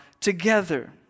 together